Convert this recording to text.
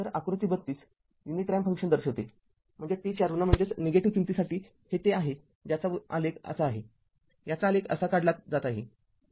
तर आकृती ३२ unit ramp function दर्शवते म्हणजे t च्या ऋण किंमतीसाठी हे ते आहे ज्याचा आलेख असा आहे याचा आलेख असा काढला जात आहे